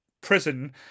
prison